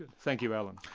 and thank you, alan,